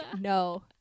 no